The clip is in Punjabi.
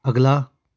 ਅਗਲਾ